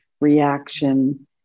reaction